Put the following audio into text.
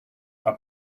are